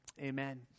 Amen